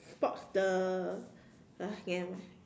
spots the uh nevermind